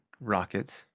rockets